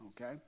Okay